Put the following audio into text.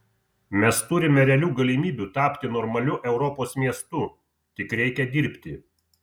mes turime realių galimybių tapti normaliu europos miestu tik reikia dirbti